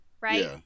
Right